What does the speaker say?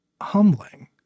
humbling